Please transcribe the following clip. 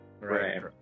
Right